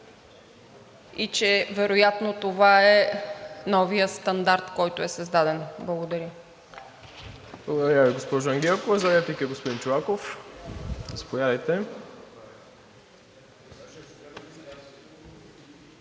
и че вероятно това е новият стандарт, който е създаден. Благодаря.